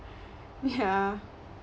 ya